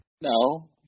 No